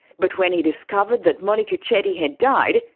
but when he discovered that monika chetty had died,